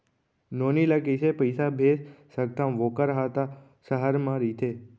नोनी ल कइसे पइसा भेज सकथव वोकर हा त सहर म रइथे?